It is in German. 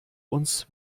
uns